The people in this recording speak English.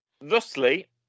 Thusly